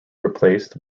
replaced